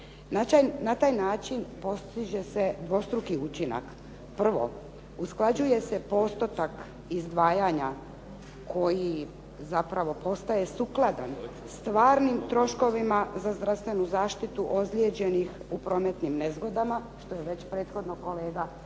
Na taj način postiže se dvostruki učinak. Prvo, usklađuje se postotak izdvajanja koji zapravo postaje sukladan stvarnim troškovima za zdravstvenu zaštitu ozlijeđenih u prometnim nezgodama što je već prethodno kolega i